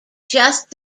just